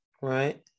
right